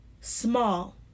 small